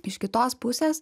iš kitos pusės